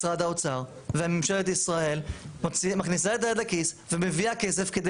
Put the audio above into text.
משרד האוצר וממשלת ישראל מכניסה את היד לכיס ומביאה כסף כדי